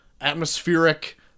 atmospheric